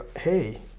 hey